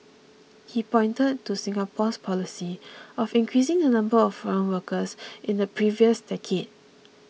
he pointed to Singapore's policy of increasing the number of foreign workers in the previous decade